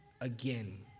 again